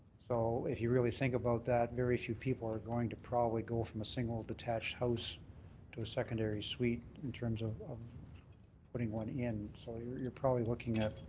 so if you really think about that, very few people are going to probably go from a single detached house to a secondary suite in terms of of putting one in. so you're you're probably looking at